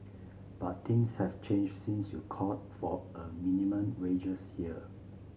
but things have changed since you called for a minimum wages here